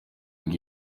ngo